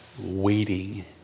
waiting